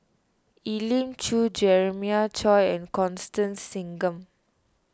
Elim Chew Jeremiah Choy and Constance Singam